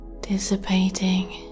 dissipating